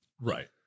Right